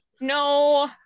No